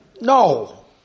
no